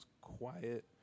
quiet